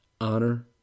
honor